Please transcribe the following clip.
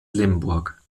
limburg